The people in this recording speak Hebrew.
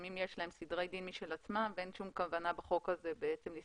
לפעמים יש סדרי דין משל עצמם ואין שום כוונה בחוק הזה לגבור